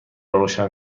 روشن